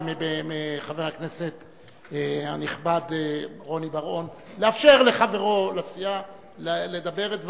ומחבר הכנסת הנכבד רוני בר-און לאפשר לחברו לסיעה לדבר את דבריו.